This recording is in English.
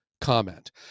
comment